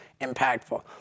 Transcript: impactful